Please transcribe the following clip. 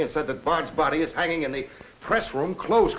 and said that barnes body is hanging in the press room clothes